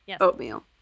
oatmeal